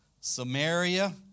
Samaria